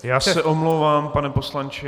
Já se omlouvám, pane poslanče.